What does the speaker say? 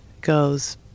goes